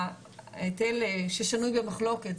ההיטל ששנוי במחלוקת,